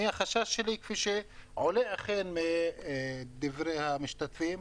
החשש שלי, כפי שאכן עולה מדברי המשתתפים,